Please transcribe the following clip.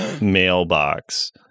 mailbox